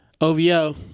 OVO